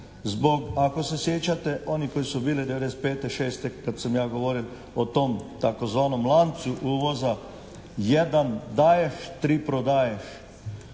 zbog ako se sjećate onih koji su bili '95., '96. kad sam ja govoril o tom tzv. lancu uvoza jedan daješ tri prodaješ.